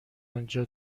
انجا